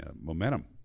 momentum